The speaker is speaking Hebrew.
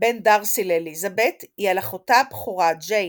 בין דארסי לאליזבת היא על אחותה הבכורה, ג'יין,